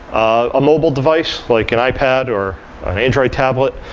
a mobile device, like an ipad or an android tablet,